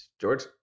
George